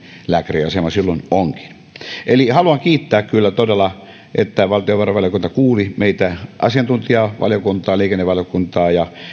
lääkäriasema se silloin onkin haluan kiittää kyllä todella että valtiovarainvaliokunta kuuli meitä asiantuntijavaliokuntaa liikennevaliokuntaa ja